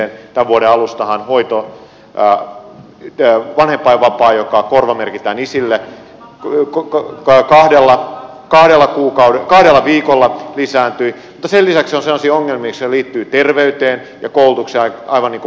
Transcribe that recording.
tämän vuoden alusta on voitto ja mikä alustahan vanhempainvapaa joka korvamerkitään isille kahdella viikolla lisääntyi mutta sen lisäksi on sellaisia ongelmia jotka liittyvät terveyteen ja koulutukseen aivan niin kuin mainitsin